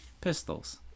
pistols